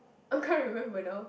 I can't remember now